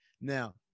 Now